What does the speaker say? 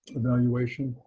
evaluation.